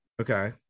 Okay